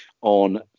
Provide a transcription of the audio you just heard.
on